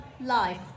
life